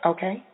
Okay